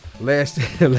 Last